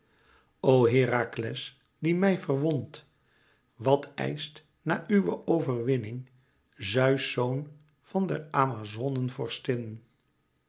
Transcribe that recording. o herakles die mij verwont wat eischt na uwe overwinning zeus zoon van der amazonen vorstin